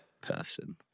person